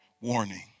Warning